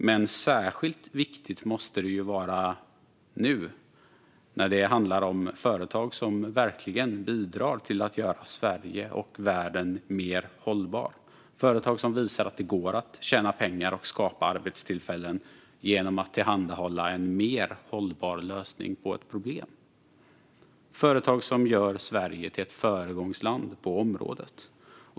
Men särskilt viktigt måste det ju vara nu, när det handlar om företag som verkligen bidrar till att göra Sverige och världen mer hållbar. Det är företag som visar att det går att tjäna pengar och skapa arbetstillfällen genom att tillhandahålla en mer hållbar lösning på ett problem. Det är företag som gör Sverige till ett föregångsland på området.